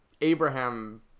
Abraham